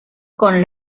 con